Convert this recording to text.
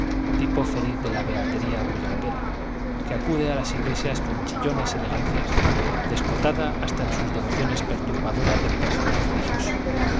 tipo feliz de la beatería bullanguera que acude a las iglesias con chillonas elegancias descotada hasta en sus devociones perturbadora del personal religioso